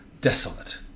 desolate